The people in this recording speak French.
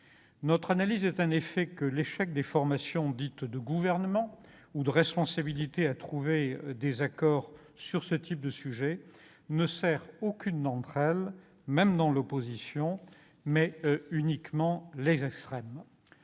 Notre analyse repose sur l'idée que l'échec des formations dites de gouvernement- ou de responsabilité -à trouver des accords sur ce type de sujet ne sert aucune d'entre elles, même quand elles sont dans l'opposition, et sert uniquement les extrêmes.